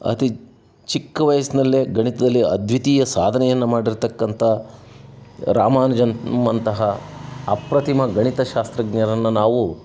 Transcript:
ಅತಿ ಚಿಕ್ಕ ವಯಸ್ಸಿನಲ್ಲೇ ಗಣಿತದಲ್ಲಿ ಅದ್ವಿತೀಯ ಸಾಧನೆಯನ್ನು ಮಾಡಿರತಕ್ಕಂಥ ರಾಮಾನುಜಮ್ ಅಂತಹ ಅಪ್ರತಿಮ ಗಣಿತಶಾಸ್ತ್ರಜ್ಞರನ್ನು ನಾವೂ